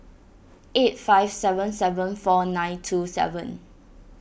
eight five seven seven four nine two seven